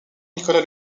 nicolas